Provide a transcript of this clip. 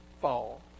fall